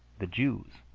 the jews